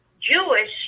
Jewish